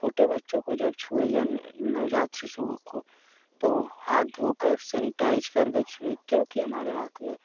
छोटे बच्चों को जब छुए नवजात शिशुओं को तो हाथ धोकर सेनिटाइज़ करके छुए क्योंकि हमारे हाथ में